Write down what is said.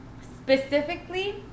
specifically